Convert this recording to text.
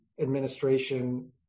administration